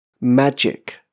Magic